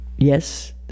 Yes